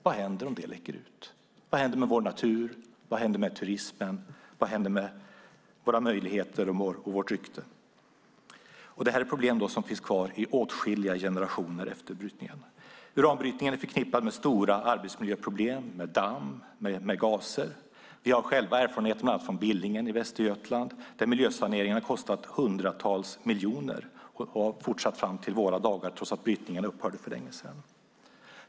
Vad händer om det läcker ut? Vad händer med vår natur? Vad händer med turismen? Vad händer med våra möjligheter och vårt rykte? Detta är problem som finns kvar i åtskilliga generationer efter brytningen. Uranbrytning är förknippad med stora arbetsmiljöproblem, med damm och gaser. Vi har erfarenhet från Billingen i Västergötland där miljösaneringen har kostat hundratals miljoner och fortsatt fram till våra dagar, trots att brytningen upphörde för länge sedan.